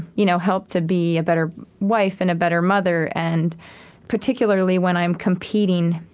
you know help to be a better wife and a better mother and particularly when i'm competing,